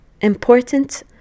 important